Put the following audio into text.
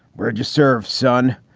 where do you serve, son?